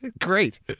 Great